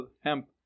hemp